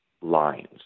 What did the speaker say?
lines